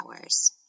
hours